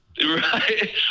Right